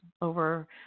over